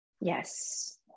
yes